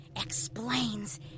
explains